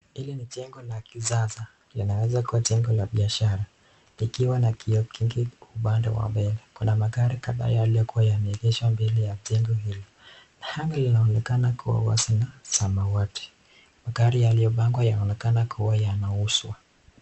Hili ni jengo la kisasa, linaweza kuwa jengo la biashara likiwa na kioo kingi upande wa mbele. Kuna magari kadhaa yalioko yameegeshwa mbele ya jengo hili. Anga linaonekana kuwa wazi na samawati. Magari yaliopangwa yaonekana kuwa yanauzwa.